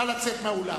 נא לצאת מהאולם.